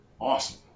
awesome